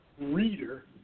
reader